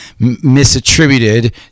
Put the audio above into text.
misattributed